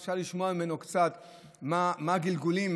ואפשר לשמוע ממנו קצת מה הגלגולים,